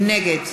נגד